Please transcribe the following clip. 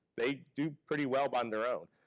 they do pretty well on their own.